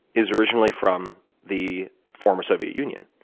is originally from the former soviet union.